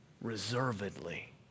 reservedly